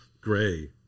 gray